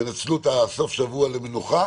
תנצלו את הסופשבוע למנוחה